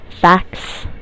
facts